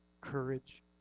courage